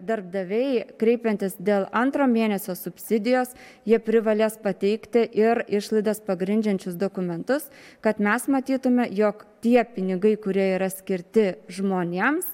darbdaviai kreipiantis dėl antro mėnesio subsidijos jie privalės pateikti ir išlaidas pagrindžiančius dokumentus kad mes matytume jog tie pinigai kurie yra skirti žmonėms